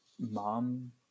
mom